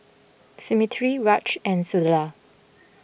Smriti Raj and Sunderlal